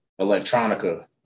electronica